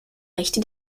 rechte